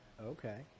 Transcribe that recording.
Okay